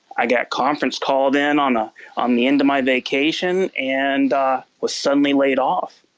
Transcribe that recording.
i got conference-called in on ah on the end of my vacation and was suddenly laid off.